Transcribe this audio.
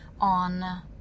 on